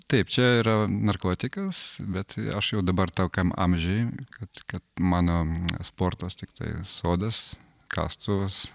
taip čia yra narkotikas bet aš jau dabar tokiam amžiui kad kad mano sportas tiktai sodas kastuvas